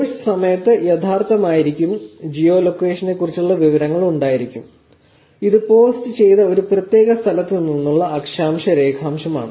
course സമയത്ത് യഥാർത്ഥമായിരിക്കും geo ലൊക്കേഷനെക്കുറിച്ചുള്ള വിവരങ്ങൾ ഉണ്ടായിരിക്കും ഇത് പോസ്റ്റ് ചെയ്ത ഒരു പ്രത്യേക സ്ഥലത്തുനിന്നുള്ള അക്ഷാംശ രേഖാംശമാണ്